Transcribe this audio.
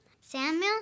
Samuel